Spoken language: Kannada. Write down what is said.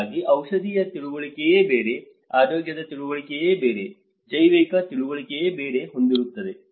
ಹಾಗಾಗಿ ಔಷಧೀಯ ತಿಳುವಳಿಕೆಯೇ ಬೇರೆ ಆರೋಗ್ಯದ ತಿಳುವಳಿಕೆಯೇ ಬೇರೆ ಜೈವಿಕ ತಿಳುವಳಿಕೆಯೇ ಬೇರೆ ಹೊಂದಿರುತ್ತವೆ